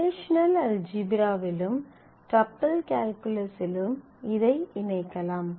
relational அல்ஜீப்ராவிலும் double கால்குலஸிலும் இதை இணைக்கலாம்